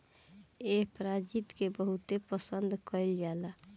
एह प्रजाति के बहुत पसंद कईल जाला